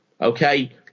okay